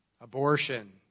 abortion